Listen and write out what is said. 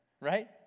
Right